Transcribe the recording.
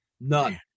None